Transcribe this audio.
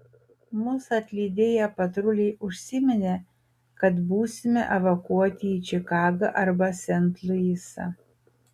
mus atlydėję patruliai užsiminė kad būsime evakuoti į čikagą arba sent luisą